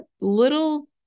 little